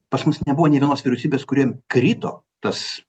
pas mus nebuvo nė vienos vyriausybės kuri krito tas